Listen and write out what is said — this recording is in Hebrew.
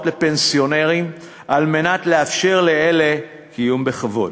לפנסיונרים על מנת לאפשר לאלה קיום בכבוד.